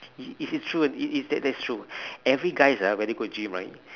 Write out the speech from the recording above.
it it's it's true it is that that's true every guys ah when they go gym right